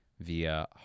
via